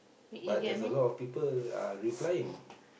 but there's a lot of people uh replying